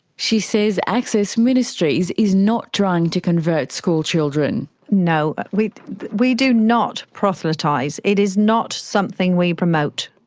she says access ministries is not trying to convert schoolchildren. no, we we do not proselytise, it is not something we promote.